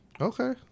Okay